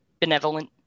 benevolent